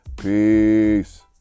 Peace